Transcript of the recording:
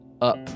up